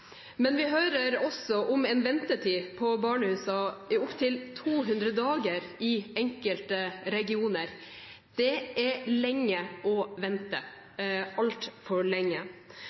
Men vi hører også om en ventetid på opptil 200 dager på barnehusene i enkelte regioner. Det er lenge å vente – altfor lenge.